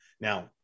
Now